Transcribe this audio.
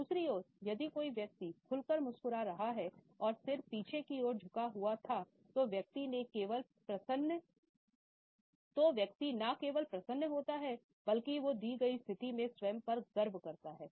दूसरी ओर यदि कोई व्यक्ति खुलकर मुस्कुरा रहा है और सिर पीछे की ओर झुका हुआ था तो व्यक्ति न केवल प्रसन्न होता है बल्कि वो दी गई स्थिति में स्वयं पर गर्व करता है